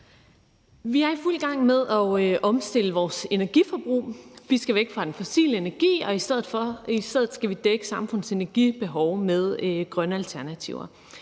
Vi er i fuld gang med at omstille vores energiforbrug. Vi skal væk fra den fossile energi, og i stedet skal vi dække samfundets energibehov med grønne alternativer.